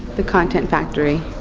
the content factory.